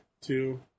two